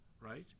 right